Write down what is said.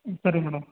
ಸರಿ ಮೇಡಮ್